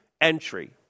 entry